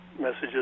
messages